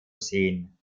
sehen